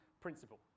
principle